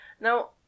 Now